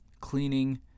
cleaning